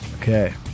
Okay